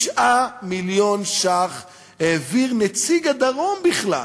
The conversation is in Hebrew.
9 מיליון שקל העביר נציג הדרום בכלל